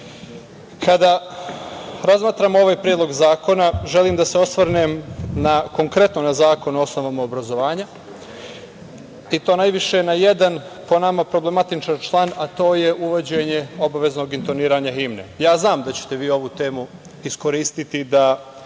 razmatramo ovaj predlog zakona želim da se osvrnem na konkretno Zakon o osnovama obrazovanja i to najviše na jedan, po nama, problematičan član, a to je uvođenje obaveznog intoniranja himne. Ja znam da ćete vi ovu temu iskoristiti da